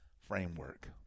framework